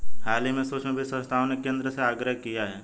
हाल ही में सूक्ष्म वित्त संस्थाओं ने केंद्र से आग्रह किया है